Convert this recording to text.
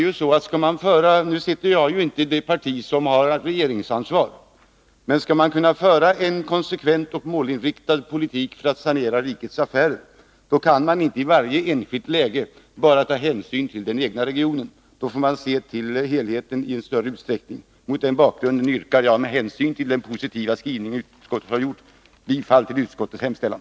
Jag tillhör ju inte ett parti som har regeringsansvar, men skall man kunna föra en konsekvent och målinriktad politik för att sanera rikets affärer, kan maninte i varje enskilt läge bara ta hänsyn till den egna regionen, utan då får man se till helheten i en större utsträckning. Mot den bakgrunden yrkar jag med hänsyn till utskottets positiva skrivning bifall till utskottets hemställan.